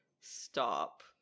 stop